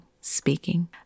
speaking